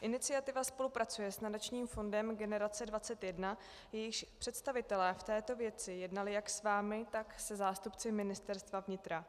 Iniciativa spolupracuje s Nadačním fondem Generace 21, jejíž představitelé v této věci jednali jak s vámi, tak se zástupci Ministerstva vnitra.